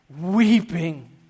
Weeping